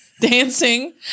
dancing